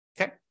Okay